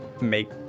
make